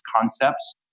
concepts